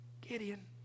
Gideon